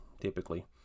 typically